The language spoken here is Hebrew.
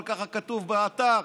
אבל ככה כתוב באתר,